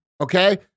Okay